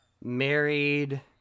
married